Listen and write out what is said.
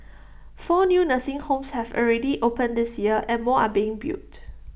four new nursing homes have already opened this year and more are being built